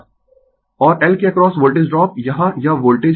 Refer Slide Time 1116 और L के across voltage drop यहाँ यह वोल्टेज है